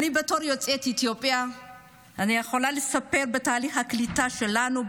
בתור יוצאת אתיופיה אני יכולה לספר שבתהליך הקליטה שלנו,